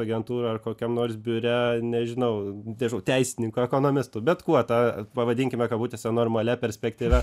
agentūroj ar kokiam nors biure nežinau nežinau teisininku ekonomistu bet kuo ta pavadinkime kabutėse normalia perspektyva